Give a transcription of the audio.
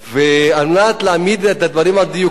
על מנת להעמיד את הדברים על דיוקם,